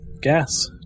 gas